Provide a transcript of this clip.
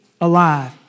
alive